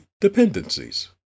dependencies